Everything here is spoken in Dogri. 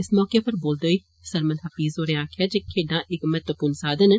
इस मौके उप्पर बोलदे होई सरमद हफीज होरें आक्खेआ जे खेडा इक महत्वपूर्ण साधन न